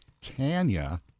Tanya